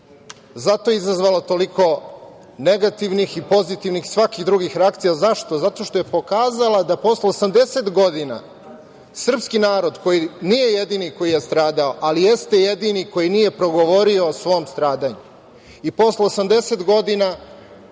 zato je izazvala toliko negativnih i pozitivnih, svakih drugih reakcija. Zašto? Zato što je pokazala da posle 80 godina srpski narod koji nije jedini koji je stradao, ali jeste jedini koji nije progovorio o svom stradanju.